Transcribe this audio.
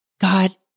God